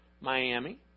Miami